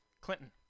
Clinton